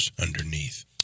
underneath